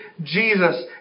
Jesus